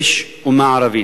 יש אומה ערבית,